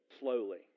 slowly